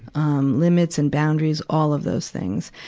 um, limits and boundaries all of those things.